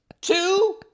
Two